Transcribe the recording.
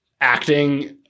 acting